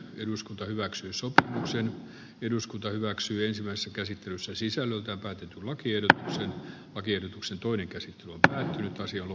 eduskunta hyväksyi sok uusi eduskunta hyväksyi ensimmäisessä käsittelyssä sisällöltään tai tulkille lakiehdotuksen toinen suorituspisteitähän näin kertyy edustajille